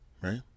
Right